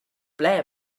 ble